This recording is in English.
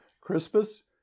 Crispus